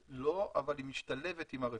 לא, אבל היא משתלבת עם הרפורמה.